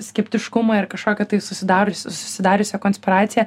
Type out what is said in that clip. skeptiškumą ir kažkokią tai susidariusi susidariusią konspiraciją